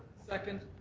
second.